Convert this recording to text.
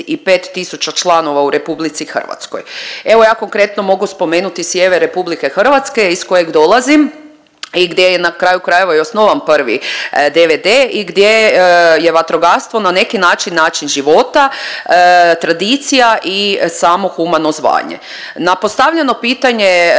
35 tisuća članova u RH? Evo ja konkretno mogu spomenuti sjever RH iz kojeg dolazim i gdje je na kraju krajeva i osnovan prvi DVD i gdje je vatrogastvo na neki način način života, tradicija i samo humano zvanje. Na postavljeno pitanje